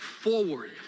forward